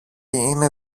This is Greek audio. είναι